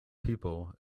people